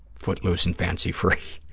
footloose and fancy-free.